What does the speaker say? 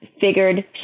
figured